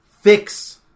fix